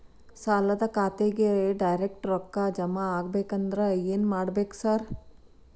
ಸಾಲದ ಖಾತೆಗೆ ಡೈರೆಕ್ಟ್ ರೊಕ್ಕಾ ಜಮಾ ಆಗ್ಬೇಕಂದ್ರ ಏನ್ ಮಾಡ್ಬೇಕ್ ಸಾರ್?